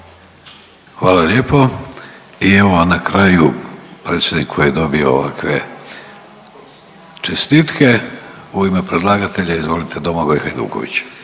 Hvala lijepo. I evo na kraju predsjednik koji je dobio ovakve čestitke. U ime predlagatelja izvolite Domagoj Hajduković.